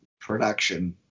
production